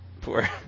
Poor